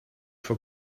for